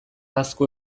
azkue